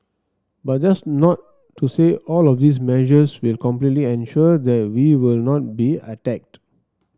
but that's not to say all of these measures will completely ensure that we will not be attacked